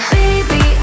baby